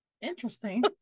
Interesting